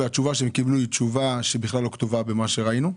והתשובה שהם קיבלו היא תשובה שבכלל לא כתובה במה שראינו.